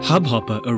Hubhopper